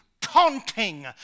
taunting